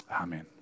Amen